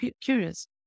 curious